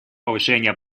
повышения